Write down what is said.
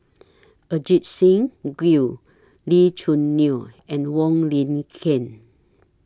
Ajit Singh Gill Lee Choo Neo and Wong Lin Ken